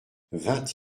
vingt